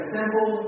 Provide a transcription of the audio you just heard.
simple